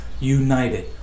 united